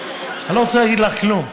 אני לא רוצה להגיד לך כלום,